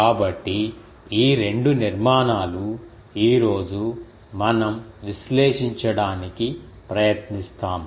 కాబట్టి ఈ రెండు నిర్మాణాలు ఈ రోజు మనం విశ్లేషించడానికి ప్రయత్నిస్తాము